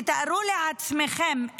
תתארו לעצמכם,